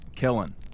Kellen